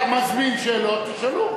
אם אתם לא מבינים ואתה מזמין שאלות, תשאלו.